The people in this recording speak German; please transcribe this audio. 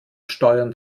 steuern